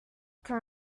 can